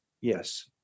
Yes